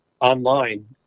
online